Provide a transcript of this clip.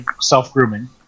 self-grooming